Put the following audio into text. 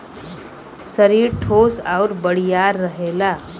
सरीर ठोस आउर बड़ियार रहेला